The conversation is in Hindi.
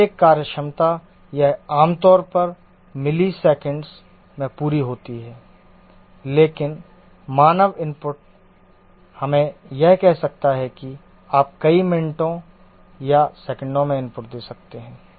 प्रत्येक कार्यक्षमता यह आमतौर पर मिलीसेकंड में पूरी होती है लेकिन मानव इनपुट हमें यह कह सकता है कि आप कई सेकंड या मिनटों में इनपुट दे सकते हैं